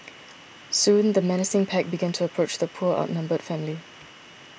soon the menacing pack began to approach the poor outnumbered family